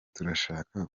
turashaka